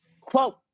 quote